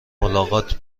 ملاقات